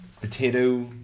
potato